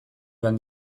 joan